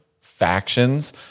factions